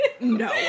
No